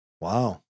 Wow